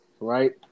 right